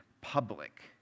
public